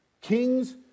Kings